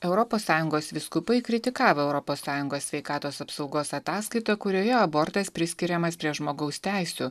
europos sąjungos vyskupai kritikavo europos sąjungos sveikatos apsaugos ataskaitą kurioje abortas priskiriamas prie žmogaus teisių